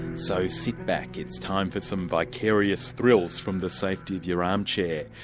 so sit back, it's time for some vicarious thrills from the safety of your armchair.